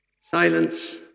Silence